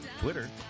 twitter